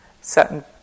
certain